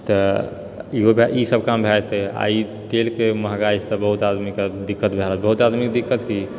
तऽ इहो ई सब काम भए जेतै आ ई तेलके महगाइ तऽ बहुत आदमीके दिक्कत भए बहुत आदमीके दिक्कत की